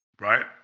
Right